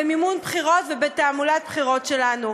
במימון בחירות ובתעמולת בחירות שלנו.